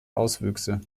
auswüchse